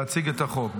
להציג את החוק.